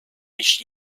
mich